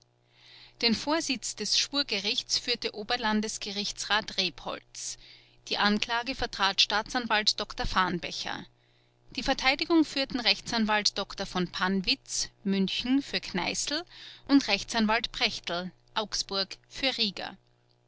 den vorsitz des schwurgerichts führte oberlandesgerichtsrat rebholz die anklage vertrat staatsanwalt dr farnbecher die verteidigung führten rechtsanwalt dr v pannwitz münchen für kneißl und rechtsanwalt prechtl augsburg für rieger